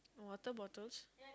water bottles